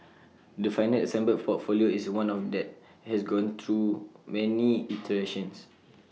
the final assembled portfolio is one that has gone through many iterations